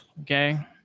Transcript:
okay